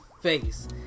face